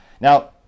Now